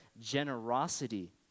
generosity